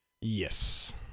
yes